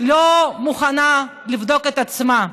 לא מוכנה לבדוק את עצמה,